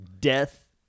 death